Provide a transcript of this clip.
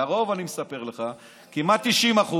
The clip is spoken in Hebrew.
לרוב, אני מספר לך, כמעט 90%,